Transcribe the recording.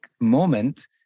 moment